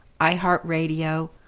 iHeartRadio